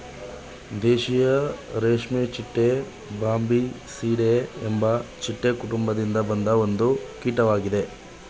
ದೇಶೀಯ ರೇಷ್ಮೆಚಿಟ್ಟೆ ಬಾಂಬಿಸಿಡೆ ಎಂಬ ಚಿಟ್ಟೆ ಕುಟುಂಬದಿಂದ ಬಂದ ಒಂದು ಕೀಟ್ವಾಗಿದೆ